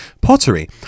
Pottery